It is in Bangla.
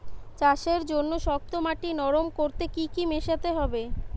চাষের জন্য শক্ত মাটি নরম করতে কি কি মেশাতে হবে?